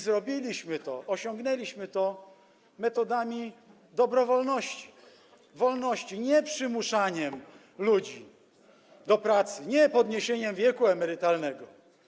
Zrobiliśmy to, osiągnęliśmy to metodami dobrowolności, wolności, a nie przymuszaniem ludzi do pracy i podniesieniem wieku emerytalnego.